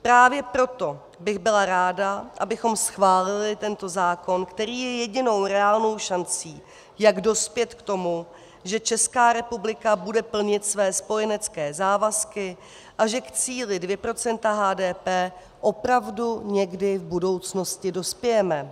Právě proto bych byla ráda, abychom schválili tento zákon, který je jedinou reálnou šancí, jak dospět k tomu, že Česká republika bude plnit své spojenecké závazky a že k cíli 2 % HDP opravdu někdy v budoucnosti dospějeme.